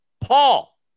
Paul